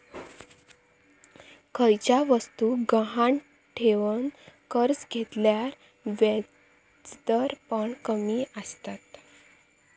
खयच्या वस्तुक गहाण ठेवन कर्ज घेतल्यार व्याजदर पण कमी आसतत